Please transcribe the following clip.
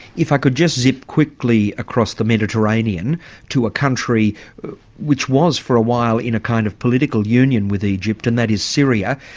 if i could just zip quickly across the mediterranean to a country which was, for a while, in a kind of political union with egypt, and that is syria,